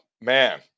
man